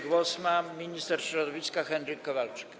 Głos ma minister środowiska Henryk Kowalczyk.